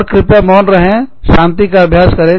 और कृपया मौन रहे शांति का अभ्यास करें